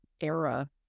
era